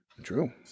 True